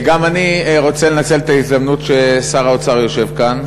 גם אני רוצה לנצל את ההזדמנות ששר האוצר יושב כאן,